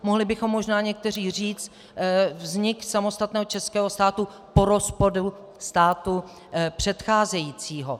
Mohli bychom možná někteří říci vznik samostatného českého státu po rozpadu státu předcházejícího.